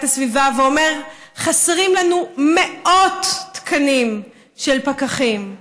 הסביבה ואומר: חסרים לנו מאות תקנים של פקחים,